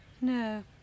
No